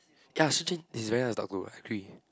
ya Su-Jin is very nice to talk to agree